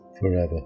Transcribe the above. forever